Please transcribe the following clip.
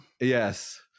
yes